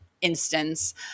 instance